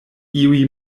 iuj